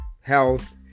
health